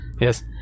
Yes